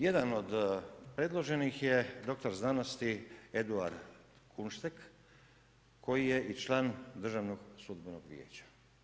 Jedan od predloženih je doktor znanosti Eduar Kunštek koji je i član Državnog sudbenog vijeća.